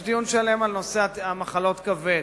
יש דיון שלם בנושא מחלות כבד.